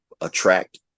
attract